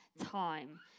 time